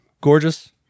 gorgeous